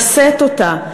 לשאת אותה.